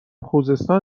خوزستان